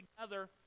together